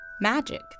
Magic